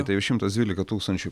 taip šimtas dvylika tūkstančių